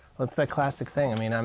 it's the classic thing, i mean, um